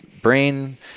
brain